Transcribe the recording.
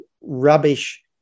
rubbish